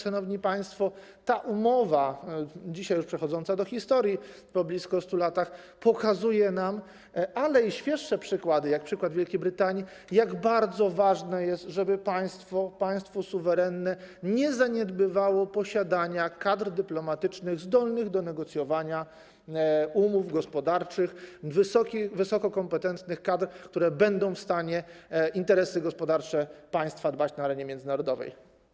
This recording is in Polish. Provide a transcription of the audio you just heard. Szanowni państwo, ta umowa, dzisiaj już przechodząca do historii po blisko 100 latach - ale i świeższe przykłady, jak przykład Wielkiej Brytanii - pokazuje nam, jak bardzo ważne jest, żeby suwerenne państwo nie zaniedbywało posiadania kadr dyplomatycznych zdolnych do negocjowania umów gospodarczych, wysoko kompetentnych kadr, które będą w stanie o interesy gospodarcze państwa dbać na arenie międzynarodowej.